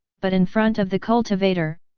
but in front of the cultivator,